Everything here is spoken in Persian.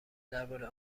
درباره